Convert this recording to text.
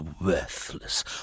worthless